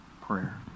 prayer